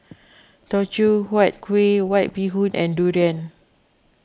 Teochew Huat Kuih White Bee Hoon and Durian